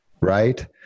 Right